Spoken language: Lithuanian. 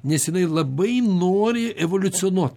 nes jinai labai nori evoliucionuot